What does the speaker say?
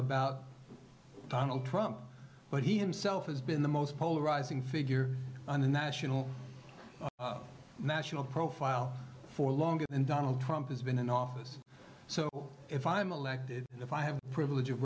about donald trump but he himself has been the most polarizing figure on a national national profile for longer than donald trump has been in office so if i'm elected if i have the privilege of